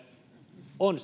on